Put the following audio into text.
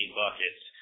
buckets